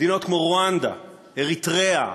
מדינות כמו רואנדה, אריתריאה,